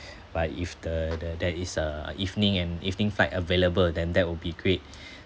but if the the there is uh evening and evening fight available than that would be great